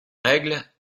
règles